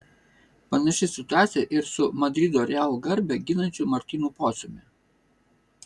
panaši situacija ir su madrido real garbę ginančiu martynu pociumi